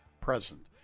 Present